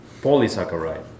polysaccharide